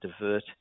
divert